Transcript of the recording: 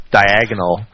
diagonal